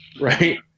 right